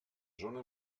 zona